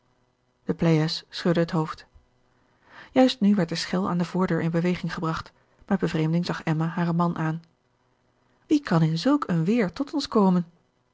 schudde het hoofd juist nu werd de schel aan de voordeur in beweging gebragt met bevreemding zag emma haren man aan wie kan in zulk een weêr tot ons komen